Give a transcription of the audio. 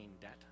debt